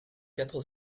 quatre